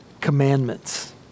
commandments